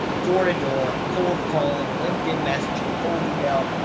door to door, cold calling, linkedin messaging, cold email.